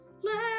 Let